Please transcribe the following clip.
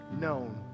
known